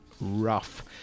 rough